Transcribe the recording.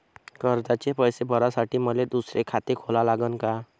कर्जाचे पैसे भरासाठी मले दुसरे खाते खोला लागन का?